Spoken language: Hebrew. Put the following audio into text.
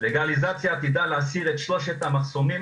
לגליזציה עתידה להסיר את שלושת המחסומים